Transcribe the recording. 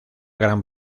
gran